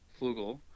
flugel